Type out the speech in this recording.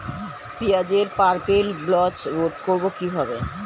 পেঁয়াজের purple blotch রোধ করবো কিভাবে?